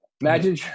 Imagine